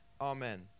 Amen